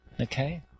Okay